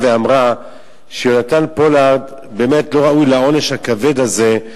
ואמרה שיונתן פולארד לא ראוי לעונש הכבד הזה.